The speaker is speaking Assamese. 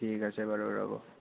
ঠিক আছে বাৰু ৰ'ব